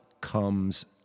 comes